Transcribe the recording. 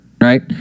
right